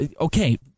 okay